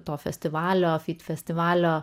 to festivalio festivalio